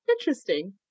Interesting